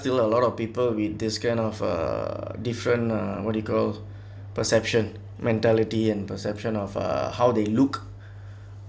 still a lot of people with this kind of uh different uh what do you call perception mentality and perception of uh how they look